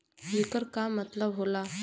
येकर का मतलब होला?